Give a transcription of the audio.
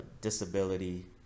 disability